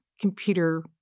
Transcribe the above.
computer